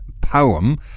poem